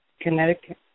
Connecticut